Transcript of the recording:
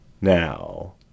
Now